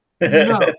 No